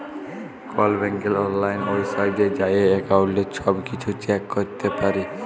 call ব্যাংকের অললাইল ওয়েবসাইটে যাঁয়ে এক্কাউল্টের ছব কিছু চ্যাক ক্যরতে পারি